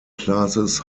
classes